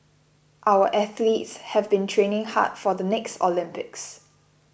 our athletes have been training hard for the next Olympics